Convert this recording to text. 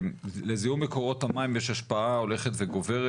לזיהום מקורות המים יש השפעה הולכת וגוברת